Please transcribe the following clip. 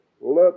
Let